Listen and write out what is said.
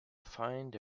find